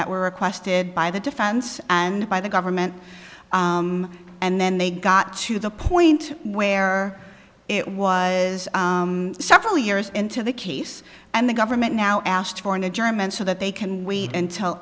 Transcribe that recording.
that were requested by the defense and by the government and then they got to the point where it was several years into the case and the government now asked for an adjournment so that they can wait until